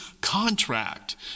contract